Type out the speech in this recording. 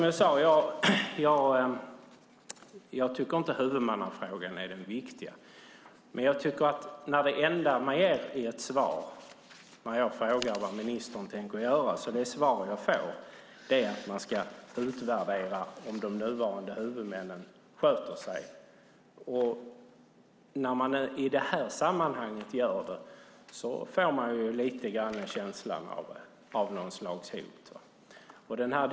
Jag tycker alltså inte att huvudmannafrågan är den viktiga. Men det enda svar man ger när jag frågar vad ministern tänker göra är att man ska utvärdera om de nuvarande huvudmännen sköter sig. När man svarar så i detta sammanhang får jag lite grann känslan av något slags hot.